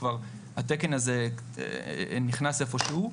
התקן הזה נכנס איפשהו.